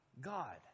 God